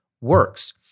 works